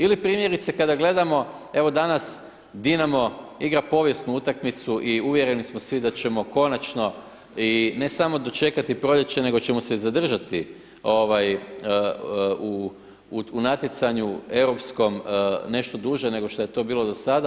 Ili primjerice kada gledamo, evo danas Dinamo igra povijesnu utakmicu i uvjereni smo svi da ćemo konačno i, ne samo dočekati proljeće nego ćemo se i zadržati u natjecanju europskom, nešto duže nego što je to bilo do sada.